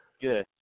good